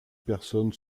personnes